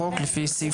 לפי סעיף